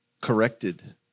corrected